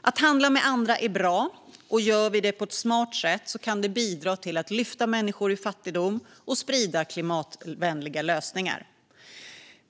Att handla med andra är bra, och gör vi det på ett smart sätt kan det bidra till att lyfta människor ur fattigdom och sprida klimatvänliga lösningar.